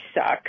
suck